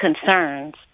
concerns